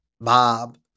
Bob